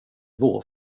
vår